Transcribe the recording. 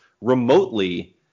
remotely